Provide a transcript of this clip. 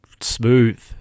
smooth